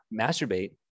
masturbate